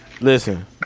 Listen